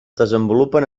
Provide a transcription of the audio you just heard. desenvolupen